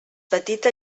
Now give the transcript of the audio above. petita